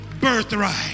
birthright